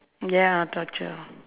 ya torture lah